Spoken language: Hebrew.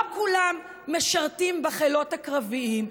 לא כולם משרתים בחילות הקרביים,